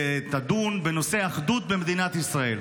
ותדון בנושא האחדות במדינת ישראל.